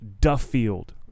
Duffield